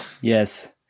Yes